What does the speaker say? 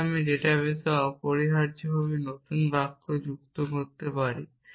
তবে আমি ডেটা বেসে অপরিহার্যভাবে নতুন বাক্য যুক্ত করতে পারি